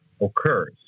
occurs